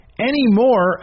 anymore